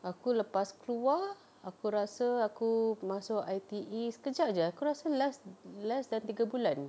aku lepas keluar aku rasa aku masuk I_T_E sekejap jer aku rasa less less than tiga bulan